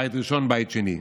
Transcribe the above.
בית ראשון ובית שני.